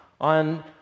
on